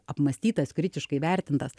apmąstytas kritiškai vertintas